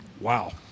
Wow